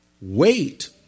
wait